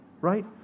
right